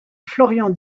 florian